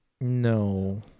No